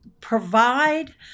provide